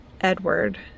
Edward